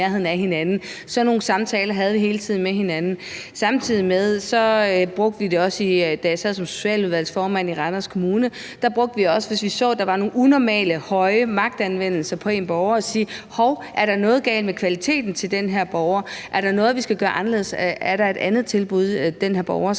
Sådan nogle samtaler havde vi hele tiden med hinanden. Samtidig brugte vi det også, da jeg sad som socialudvalgsformand i Randers Kommune; der brugte vi også, hvis vi så, at der var et unormalt højt niveau af magtanvendelse i forhold til en borger, at sige: Hov, er der noget galt med kvaliteten i forhold til den her borger? Er der noget, vi skal gøre anderledes? Er der i virkeligheden et andet tilbud, den her borger skal have?